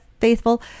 faithful